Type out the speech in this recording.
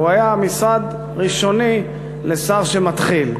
והוא היה משרד ראשוני לשר שמתחיל.